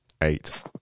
eight